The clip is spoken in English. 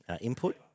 input